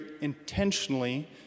intentionally